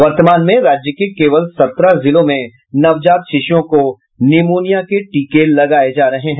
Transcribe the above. वर्तमान में राज्य के केवल सत्रह जिलों में नवजात शिशुओं को निमोनिया के टीके लगाये जा रहे हैं